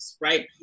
right